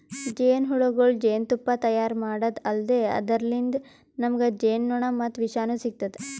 ಜೇನಹುಳಗೊಳ್ ಜೇನ್ತುಪ್ಪಾ ತೈಯಾರ್ ಮಾಡದ್ದ್ ಅಲ್ದೆ ಅದರ್ಲಿನ್ತ್ ನಮ್ಗ್ ಜೇನ್ಮೆಣ ಮತ್ತ್ ವಿಷನೂ ಸಿಗ್ತದ್